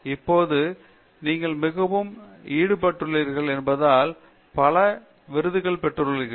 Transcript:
எனவே இப்போது நீங்கள் மிகவும் ஈடுபட்டுள்ளீர்கள் என்பதால் பல விருதுகளை வென்றுள்ளீர்கள்